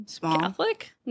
Catholic